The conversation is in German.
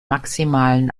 maximalen